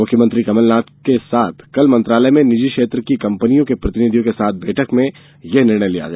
मुख्यमंत्री कमल नाथ के साथ कल मंत्रालय में निजी क्षेत्र की कंपनियों के प्रतिनिधियों के साथ हुई बैठक में यह निर्णय लिया गया